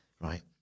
Right